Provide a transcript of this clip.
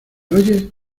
oyes